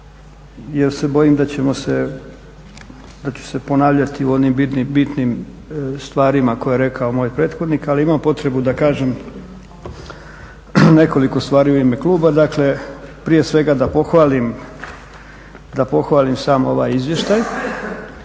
jer se bojim da ću se ponavljati u onim bitnim stvarima koje je rekao moj prethodnik, ali imam potrebu da kažem nekoliko stvari u ime kluba. Dakle, prije svega da pohvalim sam ovaj izvještaj